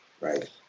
right